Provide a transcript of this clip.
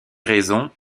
raisons